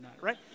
right